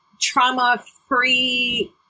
trauma-free